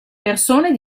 persone